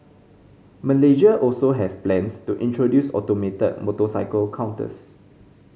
Malaysia also has plans to introduce automated motorcycle counters